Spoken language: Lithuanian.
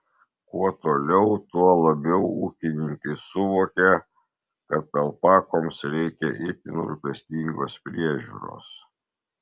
kuo toliau tuo labiau ūkininkai suvokia kad alpakoms reikia itin rūpestingos priežiūros